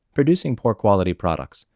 producing poor quality products,